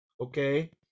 okay